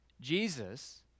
Jesus